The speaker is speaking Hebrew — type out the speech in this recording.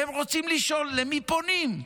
והם רוצים לשאול למי פונים.